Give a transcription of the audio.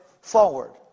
forward